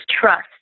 trust